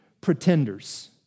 pretenders